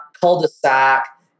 cul-de-sac